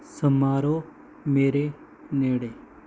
ਸਮਾਰੋਹ ਮੇਰੇ ਨੇੜੇ